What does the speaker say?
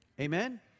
Amen